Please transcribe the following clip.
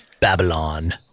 Babylon